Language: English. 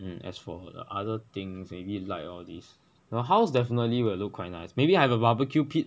and as for the other things maybe light all these your house definitely will look quite nice maybe I have a barbecue pit